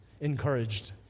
encouraged